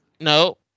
No